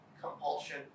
compulsion